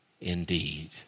indeed